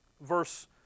verse